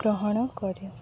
ଗ୍ରହଣ କରେ